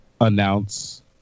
announce